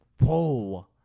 Whoa